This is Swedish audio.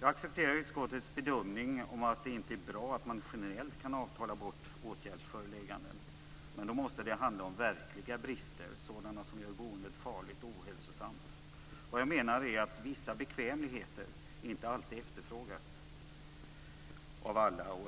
Jag accepterar utskottets bedömning att det inte är bra att man generellt kan avtala bort åtgärdsförelägganden. Men då måste det handla om verkliga brister, sådant som gör boendet farligt och ohälsosamt. Det jag menar är att vissa bekvämligheter inte alltid efterfrågas av alla.